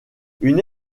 une